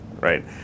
right